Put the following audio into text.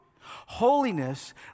Holiness